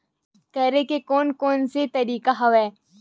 करे के कोन कोन से तरीका हवय?